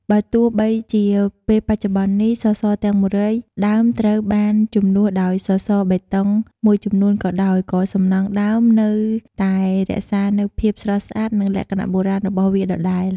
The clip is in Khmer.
បើទោះបីជាពេលបច្ចុប្បន្ននេះ សសរទាំង ១០០ ដើមត្រូវបានជំនួសដោយសសរបេតុងមួយចំនួនក៏ដោយ ក៏សំណង់ដើមនៅ តែរក្សានូវភាពស្រស់ស្អាត និងលក្ខណៈបុរាណរបស់វាដដែល ។